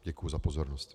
Děkuji za pozornost.